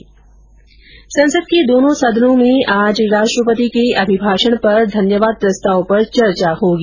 संसद के दोनों सदनों में आज राष्ट्रपति के अभिभाषण पर धन्यवाद प्रस्ताव पर चर्चा होगी